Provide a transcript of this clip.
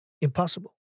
Impossible